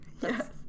yes